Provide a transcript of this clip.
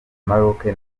maroke